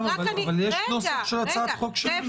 אבל יש נוסח של הצעת חוק שהכנת.